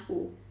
who